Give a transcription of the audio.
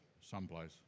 someplace